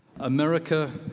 America